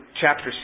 chapter